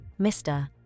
Mr